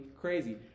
crazy